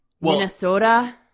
Minnesota